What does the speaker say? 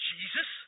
Jesus